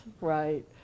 right